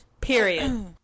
period